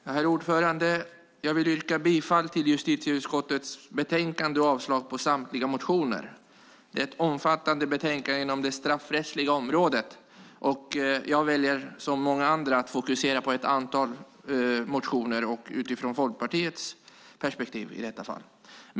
Herr talman! Jag yrkar bifall till förslaget i justitieutskottets betänkande och avslag på samtliga motioner. Det är ett omfattande betänkande inom det straffrättsliga området. Jag väljer som många andra att fokusera på ett antal motioner, och i detta fall utifrån Folkpartiets perspektiv.